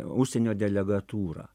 užsienio delegatūrą